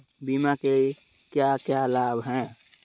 बीमा के क्या क्या लाभ हैं?